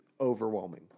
overwhelming